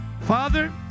Father